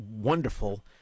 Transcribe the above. wonderful